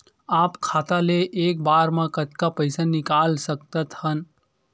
अपन खाता ले एक बार मा कतका पईसा निकाल सकत हन?